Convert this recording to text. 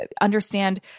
understand